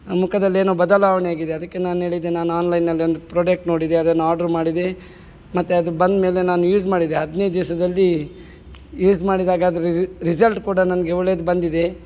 ಮುಖದಲ್ಲೇನೊ ಬದಲಾವಣೆಯಾಗಿದೆ ಅದಕ್ಕೆ ನಾನು ಹೇಳಿದೆ ನಾನು ಆನ್ಲೈನಲ್ಲಿ ಒಂದು ಪ್ರೊಡಕ್ಟ್ ನೋಡಿದೆ ಅದನ್ನ ಆರ್ಡರ್ ಮಾಡಿದೆ ಮತ್ತೆ ಅದು ಬಂದಮೇಲೆ ನಾನು ಯೂಸ್ ಮಾಡಿದೆ ಹದಿನೈದು ದಿವಸದಲ್ಲಿ ಯೂಸ್ ಮಾಡಿದಾಗ ಅದರ ರಿಸಲ್ಟ್ ಕೂಡ ನನಗೆ ಒಳ್ಳೇದು ಬಂದಿದೆ